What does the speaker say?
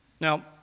Now